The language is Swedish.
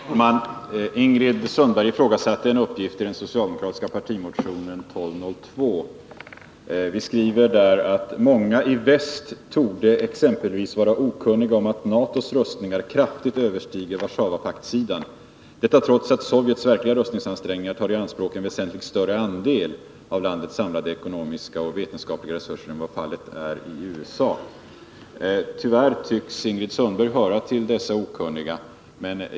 Herr talman! Ingrid Sundberg ifrågasatte en uppgift i den socialdemokratisk partimotionen 1202. Vi skriver där: ”Många i väst torde exempelvis vara okunniga om att NATO:s rustningar kraftigt överstiger WP-sidans, detta trots att Sovjets verkliga rustningsansträngningar tar i anspråk en väsentligt större andel av landets samlade ekonomiska och vetenskapliga resurser än vad som är fallet i USA.” Tyvärr tycks Ingrid Sundberg höra till dessa okunniga.